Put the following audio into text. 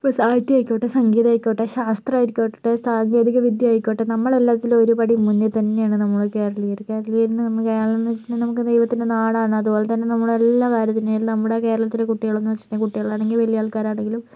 ഇപ്പോൾ സാഹിത്യം ആയിക്കോട്ടെ സംഗീതം ആയിക്കോട്ടെ ശാസ്ത്രം ആയിക്കോട്ടെ സാങ്കേതികവിദ്യ ആയിക്കോട്ടെ നമ്മൾ എല്ലാറ്റിലും ഒരു പടി മുന്നിൽ തന്നെയാണ് നമ്മൾ കേരളീയർ കേരളീയർ എന്ന് പറഞ്ഞാൽ കേരളമെന്നു വെച്ചിട്ടുണ്ടെങ്കിൽ നമ്മൾ ദൈവത്തിൻ്റെ നാടാണ് അതുപോലെതന്നെ നമ്മൾ എല്ലാ കാര്യത്തിലും നമ്മുടെ കേരളത്തിലെ കുട്ടികളെ എന്ന് വെച്ചിട്ടുണ്ടെങ്കിൽ കുട്ടികളാണെങ്കിലും വലിയ ആൾക്കാർ ആണെങ്കിലും